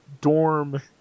dorm